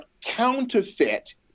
counterfeit